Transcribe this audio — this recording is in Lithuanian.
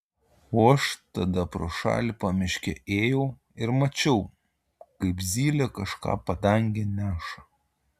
o aš tada pro šalį pamiške ėjau ir mačiau kaip zylė kažką padange neša